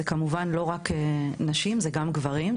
זה כמובן לא רק נשים אלא גם גברים,